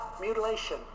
mutilation